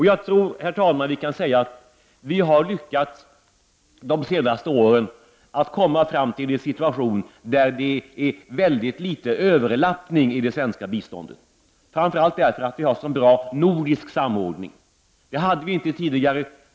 Jag tror, herr talman, att vi kan säga att vi de senaste åren har lyckats uppnå ett läge med mycket liten överlappning i det svenska biståndet. Framför allt beror det på att vi har en så bra nordisk samordning. Det hade vi inte tidigare.